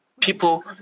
people